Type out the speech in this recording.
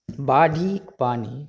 बाढ़िके पानि